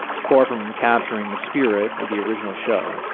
far from capturing the spirit of the original show,